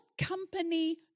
company